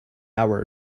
hour